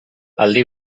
aldi